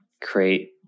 create